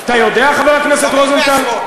אתה יודע, חבר הכנסת רוזנטל?